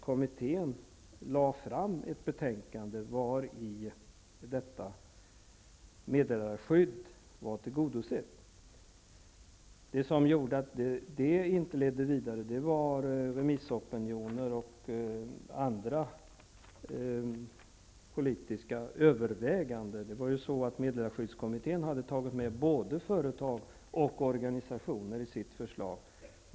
Kommittén lade fram ett betänkande vari detta meddelarskydd var tillgodosett. Det som gjorde att förslaget inte ledde vidare var remissopinioner och andra politiska överväganden. Meddelarskyddskommittén hade tagit med både företag och organisationer i sitt förslag.